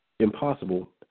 impossible